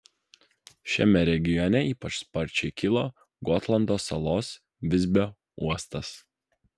šiame regione ypač sparčiai kilo gotlando salos visbio uostas